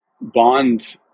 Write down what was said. bond